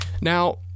Now